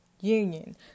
union